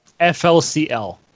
FLCL